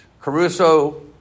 Caruso